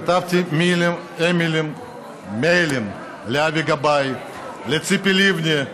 כתבתי מיילים לאבי גבאי, לציפי לבני.